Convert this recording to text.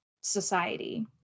society